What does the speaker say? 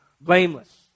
blameless